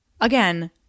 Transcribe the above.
Again